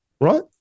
right